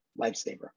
lifesaver